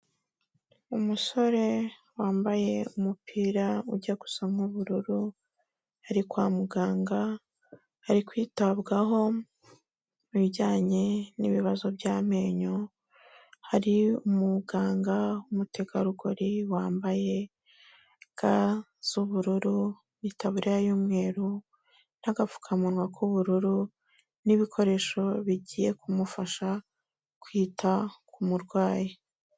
Umusore wambaye umupira ujya gusa nk'ubururu ari kwa muganga, ari kwitabwaho mu bijyanye n'ibibazo by'amenyo, hari umuganga w'umutegarugori wambaye ga z'ubururu, itaburiya y'umweru n'agapfukamunwa k'ubururu n'ibikoresho bigiye kumufasha kwita ku murwayi.